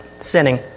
sinning